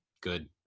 Good